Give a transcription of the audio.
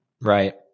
Right